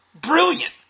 Brilliant